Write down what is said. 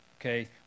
Okay